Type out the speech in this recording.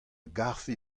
garfe